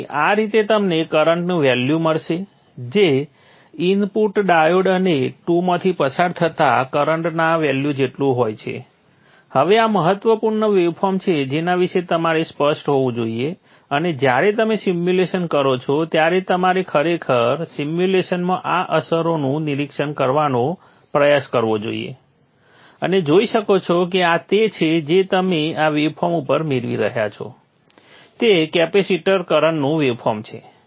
તેથી આ રીતે તમને કરંટનું વેલ્યુ મળશે જે ઇનપુટ અને ડાયોડ 2 માંથી પસાર થતા કરંટના વેલ્યુ જેટલું થાય છે હવે આ મહત્વપૂર્ણ વેવફોર્મ્સ છે જેના વિશે તમારે સ્પષ્ટ હોવું જોઈએ અને જ્યારે તમે સિમ્યુલેશન કરો છો ત્યારે તમારે ખરેખર સિમ્યુલેશનમાં આ અસરોનું નિરીક્ષણ કરવાનો પ્રયાસ કરવો જોઈએ અને જોઈ શકો છો કે આ તે છે જે તમે આ વેવફોર્મ ઉપર મેળવી રહ્યા છો તે કેપેસિટર કરંટનું વેવફોર્મ છે